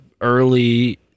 early